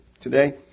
today